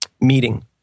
Meeting